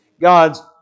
God's